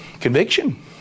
Conviction